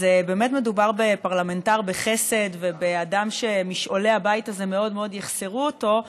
באמת מדובר בפרלמנטר בחסד ובאדם שמשעולי הבית הזה מאוד מאוד יחסרו אותו.